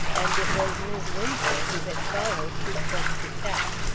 and it was mis' winslow, who had followed, who spoke to pep.